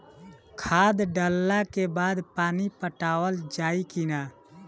खाद डलला के बाद पानी पाटावाल जाई कि न?